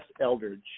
Eldridge